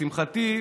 לשמחתי,